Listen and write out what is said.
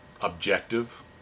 objective